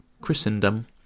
Christendom